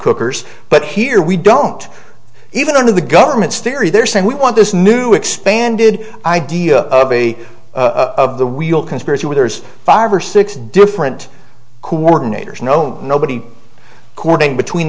cookers but here we don't even under the government's theory they're saying we want this new expanded idea of the wheel conspiracy where there's five or six different coordinators you know nobody cording between